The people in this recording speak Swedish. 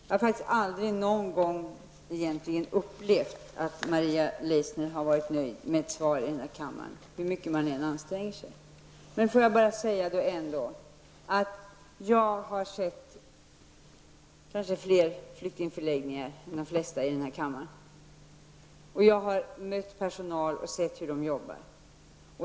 Herr talman! Jag har aldrig någon gång upplevt att Maria Leissner har varit nöjd med ett svar i denna kammare hur mycket man än har ansträngt sig. Jag har sett kanske flera flyktingförläggningar än de flesta i denna kammare har gjort. Jag har mött personalen och sett hur den jobbar.